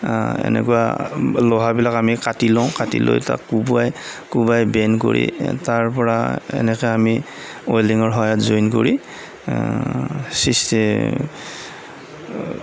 এনেকুৱা লোহাৰবিলাক আমি কাটি লওঁ কাটি লৈ তাক কোবোৱাই কোবাই বেণ্ড কৰি এই তাৰপৰা এনেকৈ আমি ৱেল্ডিঙৰ সহায়ত জইন কৰি